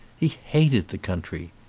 he hated the country.